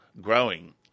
growing